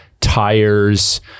tires